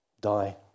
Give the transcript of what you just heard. die